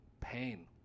pain